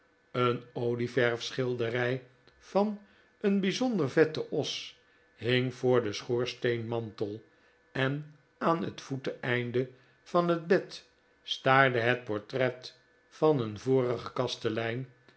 een olieverf schilderij van een bijzonder vetten os hing voor den schoorsteenmantel en aan het voeteinde van het bed staarde het portret van een vorigen